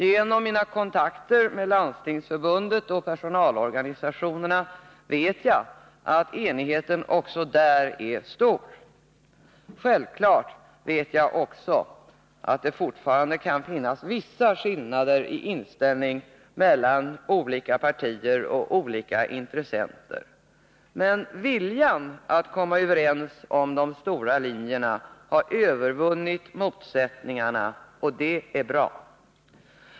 Genom mina kontakter med Landstingsförbundet och personalens organisationer vet jag att enigheten också där är stor. Självfallet vet jag också att det fortfarande kan finnas vissa skillnader i inställning mellan olika partier och olika intressenter. Men viljan att komma överens om de stora linjerna har övervunnit motsättningarna, och det är bra.